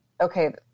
okay